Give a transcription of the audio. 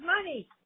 money